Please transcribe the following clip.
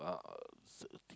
uh